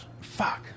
Fuck